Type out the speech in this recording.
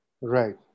Right